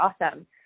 awesome